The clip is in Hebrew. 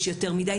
יש יותר מדי.